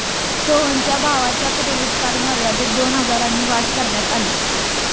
सोहनच्या भावाच्या credit card मर्यादेत दोन हजारांनी वाढ करण्यात आली